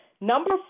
Number